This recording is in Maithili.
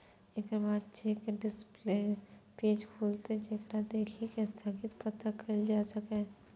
एकर बाद चेक डिस्प्ले पेज खुलत, जेकरा देखि कें स्थितिक पता कैल जा सकैए